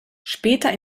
später